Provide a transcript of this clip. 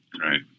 Right